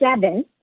seven